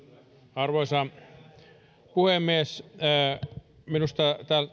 arvoisa puhemies minusta